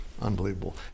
Unbelievable